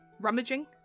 Rummaging